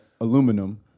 aluminum